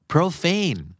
Profane